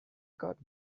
got